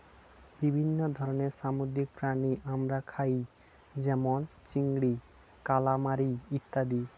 বিভিন্ন ধরনের সামুদ্রিক প্রাণী আমরা খাই যেমন চিংড়ি, কালামারী ইত্যাদি